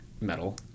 metal